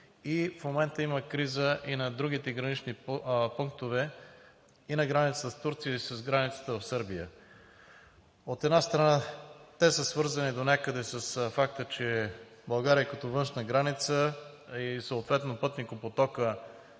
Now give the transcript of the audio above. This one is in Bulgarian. В момента има криза и на другите гранични пунктове и на границата с Турция и със Сърбия. От една страна, те са свързани донякъде с факта, че България като външна граница и съответно пътникопотокът